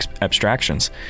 abstractions